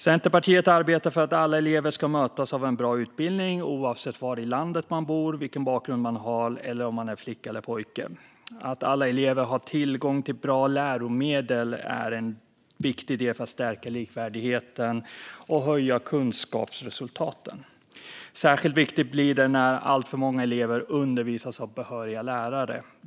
Centerpartiet arbetar för att alla elever ska mötas av en bra utbildning, oavsett var i landet man bor, vilken bakgrund man har eller om man är flicka eller pojke. Att alla elever har tillgång till bra läromedel är en viktig del för att stärka likvärdigheten och höja kunskapsresultaten. Särskilt viktigt blir detta när alltför många elever undervisas av obehöriga lärare.